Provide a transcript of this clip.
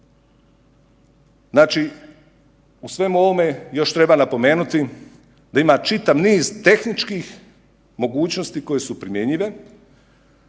Znači u svemu ovome još treba napomenuti da ima čitav niz tehničkih mogućnosti koje su primjenjive,